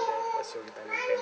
and what's your retirement plan in